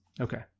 Okay